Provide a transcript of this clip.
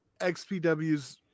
XPW's